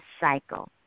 cycle